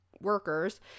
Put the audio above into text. workers